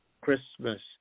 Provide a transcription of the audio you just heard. Christmas